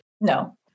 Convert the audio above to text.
No